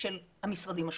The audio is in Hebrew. של המשרדים השונים.